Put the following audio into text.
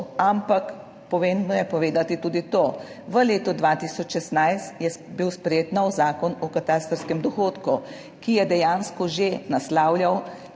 ampak pomembno je povedati tudi to; v letu 2016 je bil sprejet nov Zakon o katastrskem dohodku, ki je dejansko že naslavljal